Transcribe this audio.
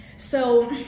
so,